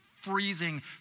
freezing